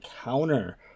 counter